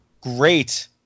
great